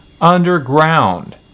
underground